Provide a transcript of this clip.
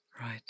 right